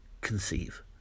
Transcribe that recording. conceive